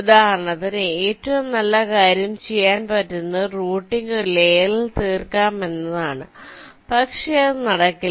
ഉദാഹരണത്തിന് ഏറ്റവും നല്ല കാര്യം ചെയ്യാൻ പറ്റുന്നത് റൂട്ടിംഗ് ഒരു ലയേറിൽ തീർക്കാം എന്നതാണ് പക്ഷെ അത് നടക്കില്ല